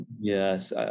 Yes